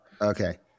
okay